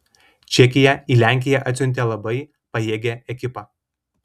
čekija į lenkiją atsiuntė labai pajėgią ekipą